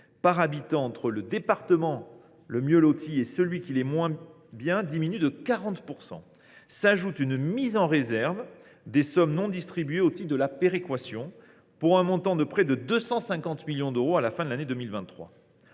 par habitant entre le département le mieux loti et celui qui l’est le moins bien diminue de 40 %. S’ajoute une mise en réserve des sommes non distribuées au titre de la péréquation, pour un montant de près de 250 millions d’euros à la fin de l’année 2023.